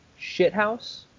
Shithouse